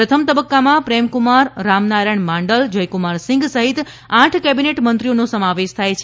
પ્રથમ તબક્કામાં પ્રેમકુમાર રામનારાયણ માંડલ જયકુમાર સિંઘ સહિત આઠ કેબીનેટ મંત્રીઓનો સમાવેશ થાય છે